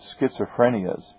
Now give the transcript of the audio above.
Schizophrenias